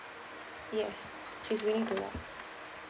yes she's